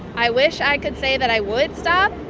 i wish i could say that i would stop.